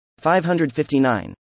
559